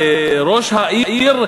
לראש העיר,